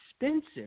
expensive